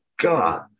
god